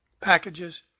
packages